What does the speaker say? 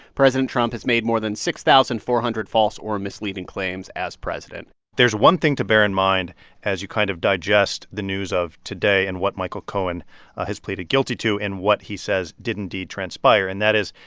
president trump has made more than six thousand four hundred false or misleading claims as president there's one thing to bear in mind as you kind of digest the news of today and what michael cohen has pleaded guilty to and what he says did indeed transpire. and that is,